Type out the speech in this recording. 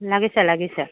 লাগিছে লাগিছে